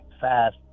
fast